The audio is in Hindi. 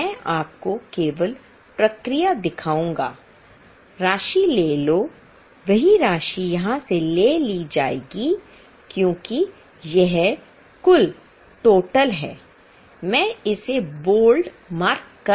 मैं इसे बोल्ड मार्क कर रहा हूं